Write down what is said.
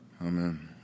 Amen